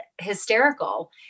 hysterical